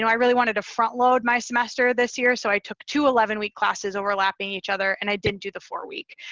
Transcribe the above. i really wanted to front load my semester this year. so i took two eleven week classes, overlapping each other, and i didn't do the four week.